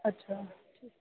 अच्छा